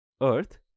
Earth